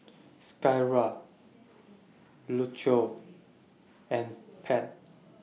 Skyla Lucio and Pate